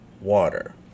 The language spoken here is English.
water